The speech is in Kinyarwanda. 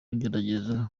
ugerageza